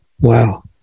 Wow